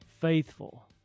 faithful